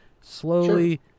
slowly